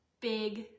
big